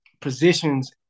positions